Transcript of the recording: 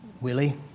Willie